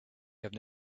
have